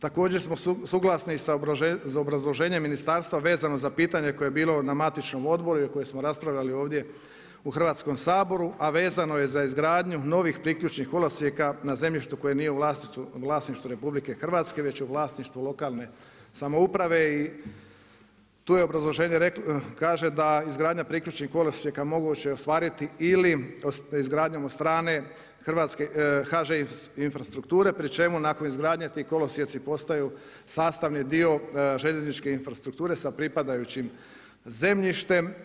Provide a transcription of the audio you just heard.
Također smo suglasni i sa obrazloženjem ministarstva vezano za pitanje koje je bilo na matičnom odboru i o kojem smo raspravljali ovdje u Hrvatskom saboru, a vezano je za izgradnju novih priključnih kolosijeka na zemljištu koje nije u vlasništvu RH već je u vlasništvu lokalne samouprave i tu obrazloženje kaže da izgradnja priključnih kolosijeka moguće je ostvariti ili izgradnjom od strane HŽ infrastrukture pri čemu nakon izgradnje ti kolosijeci postaju sastavni dio željezničke infrastrukture sa pripadajućim zemljištem.